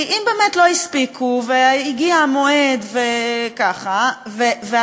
אם באמת לא הספיקו והגיע המועד וככה, זו השאלה.